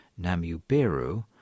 Namubiru